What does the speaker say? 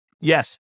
yes